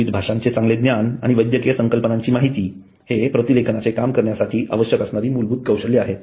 विविध भाषांचे चांगले ज्ञान आणि वैद्यकीय संकल्पना ची माहिती हे प्रतिलेखनाचे काम करण्यासाठी आवश्यक असणारी मूलभूत कौशल्ये आहेत